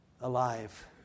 alive